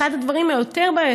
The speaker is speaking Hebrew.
אחד הדברים היותר-בעייתיים,